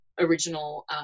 original